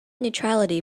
neutrality